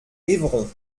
évron